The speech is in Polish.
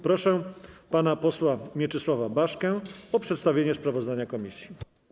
Proszę pana posła Mieczysława Baszkę o przedstawienie sprawozdania komisji.